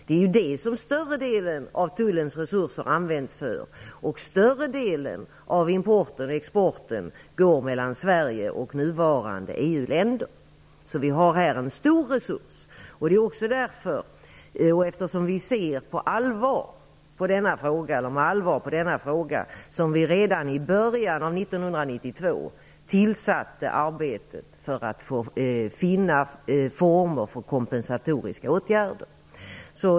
Det är det som större delen av Tullens resurser används för, och större delen av importen och exporten går mellan Sverige och nuvarande EU-länder. Vi har här en stor resurs. Regeringen ser med allvar på denna fråga, och det är också därför som vi redan i början av 1992 startade arbetet för att finna former för kompensatoriska åtgärder.